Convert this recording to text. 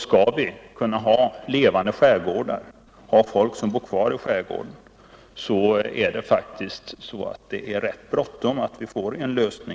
Skall vi kunna behålla levande skärgårdar med en kvarboende befolkning, är det rätt bråttom att lösa